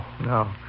no